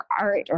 art